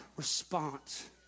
Response